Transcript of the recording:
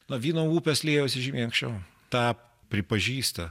na vyno upės liejosi žymiai anlsčiau tą pripažįsta